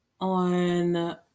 on